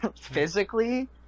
Physically